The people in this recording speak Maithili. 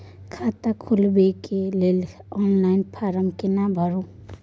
खाता खोलबेके लेल ऑनलाइन फारम केना भरु?